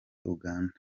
uganda